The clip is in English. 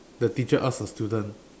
the teacher ask a student